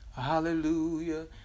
hallelujah